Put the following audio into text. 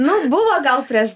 nu buvo gal prieš